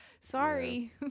Sorry